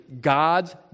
God's